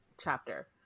chapter